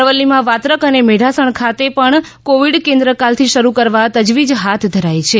અરાવલીમાં વાત્રક અને મેઢાસણ ખાતે પણ કોવિડ કેન્દ્ર કાલથી શરૂ કરવા તજવીજ હાથ ધરાઈ છે